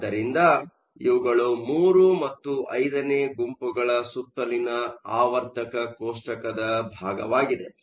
ಆದ್ದರಿಂದ ಇವುಗಳು III ಮತ್ತು V ನೇ ಗುಂಪುಗಳ ಸುತ್ತಲಿನ ಆವರ್ತಕ ಕೋಷ್ಟಕದ ಭಾಗವಾಗಿದೆ